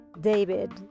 David